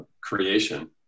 creation